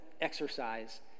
exercise